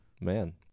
man